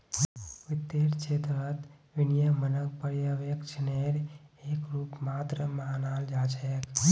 वित्तेर क्षेत्रत विनियमनक पर्यवेक्षनेर एक रूप मात्र मानाल जा छेक